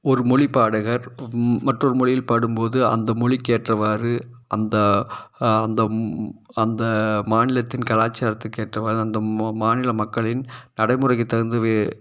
ஒரு மொழி பாடகர் மற்றொரு மொழியில் பாடும்போது அந்த மொழிக்கேற்றவாறு அந்த அந்த அந்த மாநிலத்தின் கலாச்சாரத்துக்கு ஏற்றவாறு அந்த மாநில மக்களின் நடைமுறைக்கு தகுந்து வே